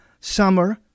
summer